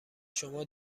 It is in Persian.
شما